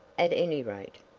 at any rate.